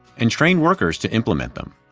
and train workers to implement them.